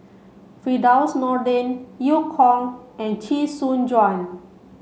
Firdaus Nordin Eu Kong and Chee Soon Juan